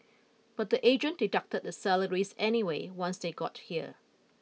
but the agent deducted their salaries anyway once they got here